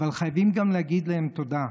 אבל באמת חייבים גם להגיד להם תודה.